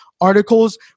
articles